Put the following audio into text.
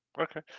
Okay